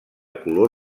color